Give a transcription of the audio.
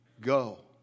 go